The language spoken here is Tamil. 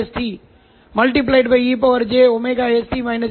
எல் செயல்படுத்துவதை விட மிகவும் எளிமையானது